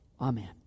Amen